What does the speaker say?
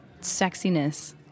sexiness